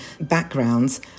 backgrounds